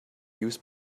used